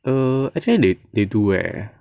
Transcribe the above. uh actually they they do leh